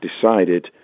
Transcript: decided